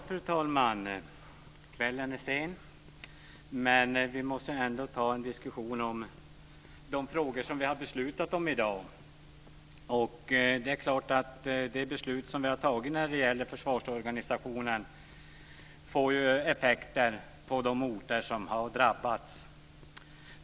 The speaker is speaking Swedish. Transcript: Fru talman! Kvällen är sen, men vi måste ändå ta en diskussion om de frågor vi har beslutat om i dag. Det beslut som vi har fattat om försvarsorganisationen får ju effekter på de orter som har drabbats.